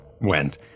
went